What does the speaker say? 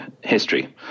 history